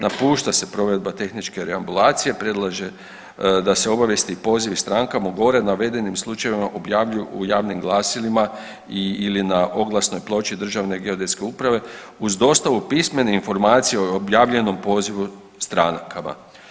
Napušta se provedba tehničke reambulacije, predlaže da se obavijesti i pozivi strankama u gore navedenim slučajevima objavljuju u javnim glasilima ili na oglasnoj ploči Državne geodetske uprave uz dostavu pismene informacije o objavljenom pozivu strankama.